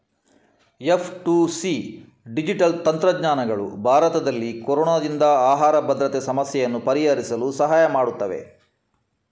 F two C digital ತಂತ್ರಜ್ಞಾನಗಳು ಭಾರತದಲ್ಲಿ ಕೊರೊನಾದಿಂದ ಆಹಾರ ಭದ್ರತೆ ಸಮಸ್ಯೆಯನ್ನು ಪರಿಹರಿಸಲು ಸಹಾಯ ಮಾಡುತ್ತವೆ